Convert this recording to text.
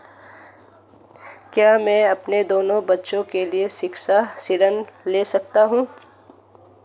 क्या मैं अपने दोनों बच्चों के लिए शिक्षा ऋण ले सकता हूँ?